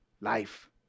Life